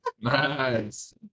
Nice